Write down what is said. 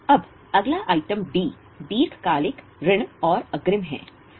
अब अगला आइटम दीर्घकालिक ऋण और अग्रिम है